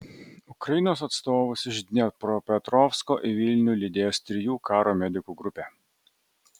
ukrainos atstovus iš dniepropetrovsko į vilnių lydės trijų karo medikų grupė